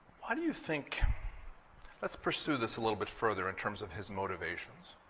why do you think let's pursue this a little bit further in terms of his motivations.